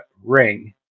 ring